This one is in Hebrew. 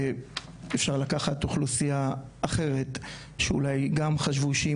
אפשר לקחת אוכלוסייה אחרת שאולי גם חשבו שהיא